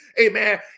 amen